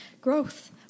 Growth